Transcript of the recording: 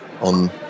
on